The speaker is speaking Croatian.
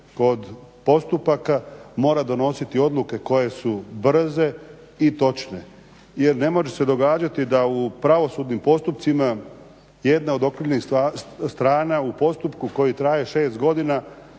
kod postupaka mora donositi odluke koje su brze i točne. Jer ne može se događati da u pravosudnim postupcima jedna od okrivljenih strana u postupku koji traje 6 godina